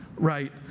Right